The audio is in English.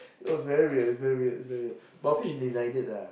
it was very weird very weird very weird but